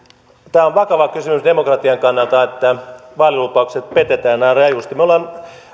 tämä on vakava kysymys demokra tian kannalta että vaalilupaukset petetään näin rajusti me olemme